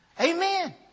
Amen